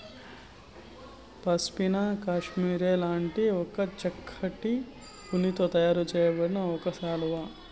pashmina cashmere లాంటి చక్కటి ఉన్నితో తయారు చేయబడిన ఒక శాలువా